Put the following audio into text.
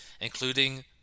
including